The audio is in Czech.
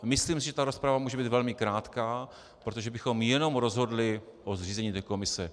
Myslím, že rozprava může být velmi krátká, protože bychom jenom rozhodli o zřízení té komise.